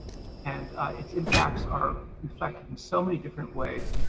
and its impacts are reflected in so many different ways,